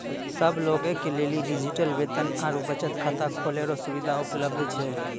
सब लोगे के लेली डिजिटल वेतन आरू बचत खाता खोलै रो सुविधा उपलब्ध छै